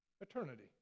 Eternity